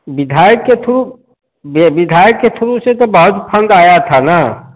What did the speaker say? विधायक के थ्रू यह विधायक के थ्रू से तो बहुत फंड आया था ना